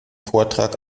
vortrag